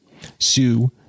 sue